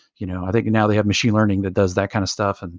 you know i think now they have machine learning that does that kind of stuff. and